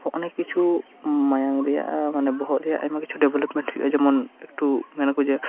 ᱚᱱᱮᱠ ᱠᱤᱪᱷᱩ ᱢᱟᱭᱟᱢ ᱨᱮᱭᱟᱜ ᱵᱚᱦᱚᱜ ᱨᱮᱭᱟᱜ ᱚᱱᱮᱠ ᱠᱤᱪᱷᱩ ᱰᱮᱵᱷᱞᱚᱯᱢᱮᱱᱴ ᱦᱩᱭᱩᱜᱼᱟ ᱡᱮᱢᱚᱱ ᱮᱠᱴᱩ